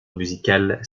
musicale